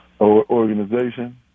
organization